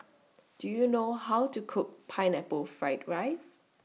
Do YOU know How to Cook Pineapple Fried Rice